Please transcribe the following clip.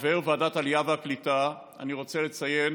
כחבר ועדת העלייה והקליטה אני רוצה לציין